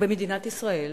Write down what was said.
במדינת ישראל